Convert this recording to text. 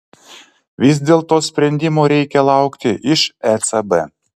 vis dėlto sprendimo reikia laukti iš ecb